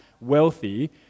wealthy